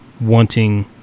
wanting